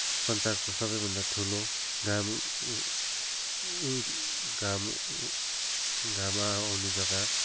संसारको सबैभन्दा ठुलो घाम घाम घाम आउने जग्गा